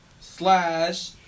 Slash